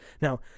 Now